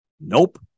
Nope